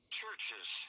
churches